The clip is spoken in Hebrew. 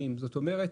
שימורי מזון,